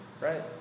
right